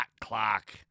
clock